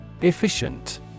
Efficient